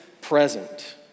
present